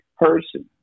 person